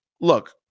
Look